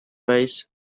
base